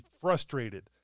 frustrated